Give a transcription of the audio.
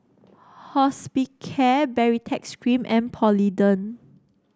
Hospicare Baritex Cream and Polident